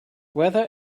whether